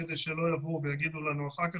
כדי שלא יבואו ויגידו לנו אחר כך.